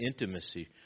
intimacy